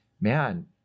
Man